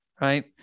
right